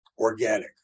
organic